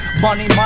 Money